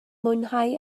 mwynhau